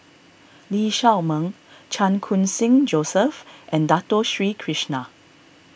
Lee Shao Meng Chan Khun Sing Joseph and Dato Sri Krishna